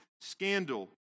scandal